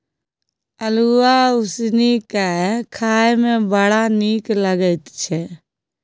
अल्हुआ उसनि कए खाए मे बड़ नीक लगैत छै